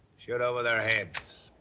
shoot over their heads.